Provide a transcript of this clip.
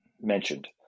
mentioned